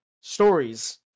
stories